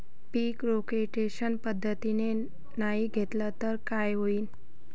पीक rotation पद्धतीनं नाही घेतलं तर काय होईन?